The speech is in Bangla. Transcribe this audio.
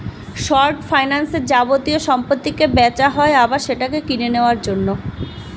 শর্ট ফাইন্যান্সে যাবতীয় সম্পত্তিকে বেচা হয় আবার সেটাকে কিনে নেওয়ার জন্য